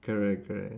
correct correct